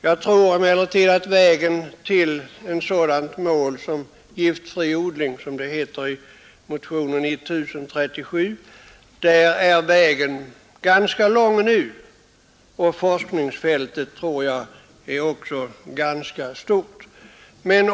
Jag tror emellertid att vägen till ett sådant mål som ”giftfri odling”, som det heter i motionen nr 1037, ännu är ganska lång, och forskningsfältet är stort.